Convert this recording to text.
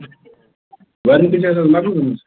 warranty چھَس حظ مۄکلیمٕژ